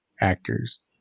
actors